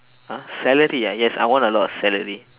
!huh! celery ah yes I want a lot of salary